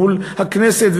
מול הכנסת,